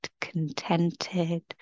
contented